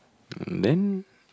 mm then